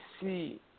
see